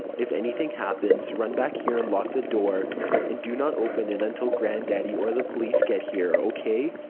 if anything happens, run back here and lock the door and do not open it until grandaddy or the police get here. okay?